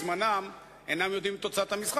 אי-לכך,